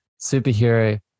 superhero